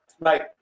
right